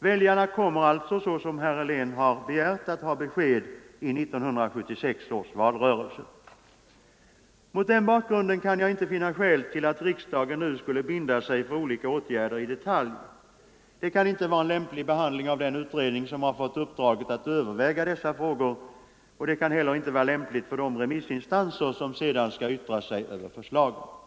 Väljarna kommer alltså såsom herr Helén begärt att få besked till 1976 års valrörelse. Mot den bakgrunden kan jag inte finna skäl till att riksdagen nu binder sig för olika åtgärder i detalj. Det kan inte vara en lämplig behandling av den utredning som fått uppdraget att överväga dessa frågor och heller inte av de remissinstanser som sedan skall yttra sig över utredningens förslag.